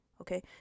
okay